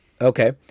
Okay